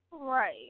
Right